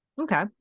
Okay